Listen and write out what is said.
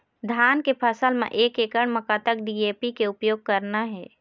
धान के फसल म एक एकड़ म कतक डी.ए.पी के उपयोग करना हे?